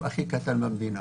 במדינה